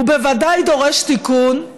הוא בוודאי דורש תיקון,